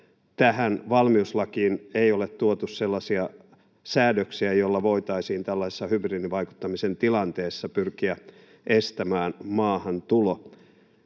tähän valmiuslakiin ei ole tuotu sellaisia säädöksiä, joilla voitaisiin tällaisessa hybridivaikuttamisen tilanteessa pyrkiä estämään maahantulo.